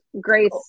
Grace